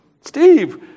Steve